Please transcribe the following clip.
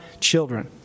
children